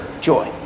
joy